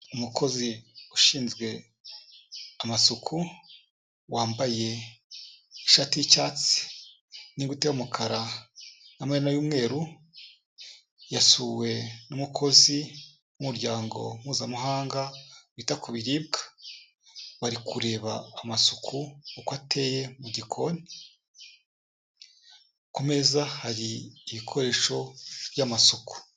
Umukozi ushinzwe amasuku, wambaye ishati y'icyatsi n'ingutiya y'umukara n'amaherena y'umweru, yasuwe n'umukozi w'umuryango Mpuzamahanga wita ku biribwa, bari kureba amasuku uko ateye mu gikoni, ku meza hari ibikoresho by'amasuku.